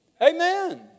Amen